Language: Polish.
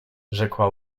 rzekła